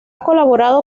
colaborado